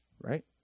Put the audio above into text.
right